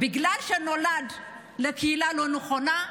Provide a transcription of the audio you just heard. בגלל שהוא נולד לקהילה הלא-נכונה?